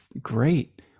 great